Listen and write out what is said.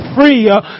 free